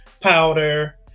powder